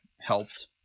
helped